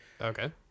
Okay